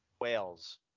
Wales